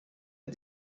est